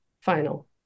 final